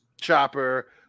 chopper